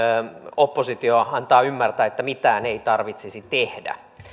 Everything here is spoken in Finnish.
oppositio antaa ymmärtää että mitään ei tarvitsisi tehdä